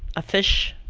a fish.